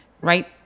right